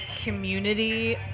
community